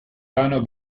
vano